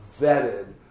vetted